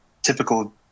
typical